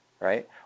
right